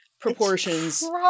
proportions